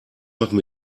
machen